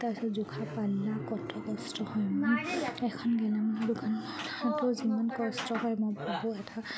তাৰপিছত জোখা পালনা কত কষ্ট হয় ইমান এখন গেলামালৰ দোকানতো যিমান কষ্ট হয় মই বহোঁ এটা